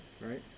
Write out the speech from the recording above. right